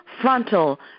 Frontal